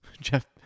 Jeff